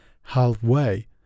Halfway